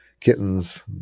kittens